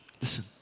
listen